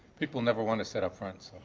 people never want to sit up front